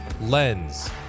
lens